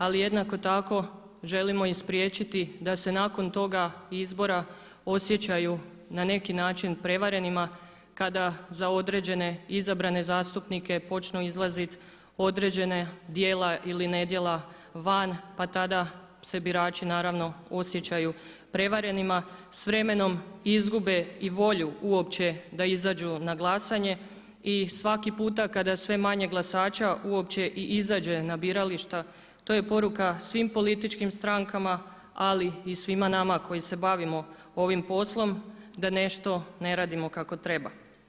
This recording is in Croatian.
Ali jednako tako želimo i spriječiti da se nakon toga izbora osjećaju na neki način prevarenima kada za određene izabrane zastupnike počnu izlaziti određena djela ili ne djela van pa tada se birači naravno osjećaju prevarenima, s vremenom izgube i volju uopće da izađu na glasanje i svaki puta kada je sve manje glasača uopće i izađe na birališta to je poruka svim političkim strankama ali i svima nama koji se bavimo ovim poslom da nešto ne radimo kako treba.